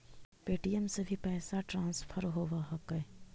Paytm से भी पैसा ट्रांसफर होवहकै?